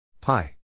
pi